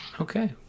Okay